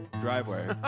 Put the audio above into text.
driveway